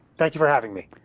thanks for having me.